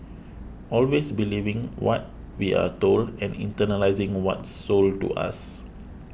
always believing what we are told and internalising what's sold to us